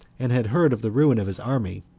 and had heard of the ruin of his army,